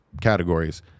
categories